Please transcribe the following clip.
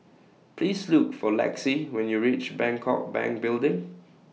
Please Look For Lexie when YOU REACH Bangkok Bank Building